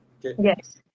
yes